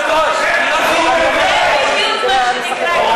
הוא בא ומחלק ציונים,